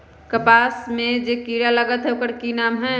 कपास में जे किरा लागत है ओकर कि नाम है?